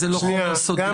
זה לא חומר סודי פה.